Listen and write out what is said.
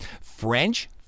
french